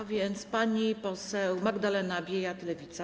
A więc pani poseł Magdalena Biejat, Lewica.